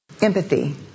Empathy